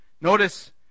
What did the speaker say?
Notice